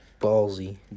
Ballsy